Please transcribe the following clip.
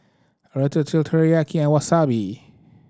Ratatouille Teriyaki and Wasabi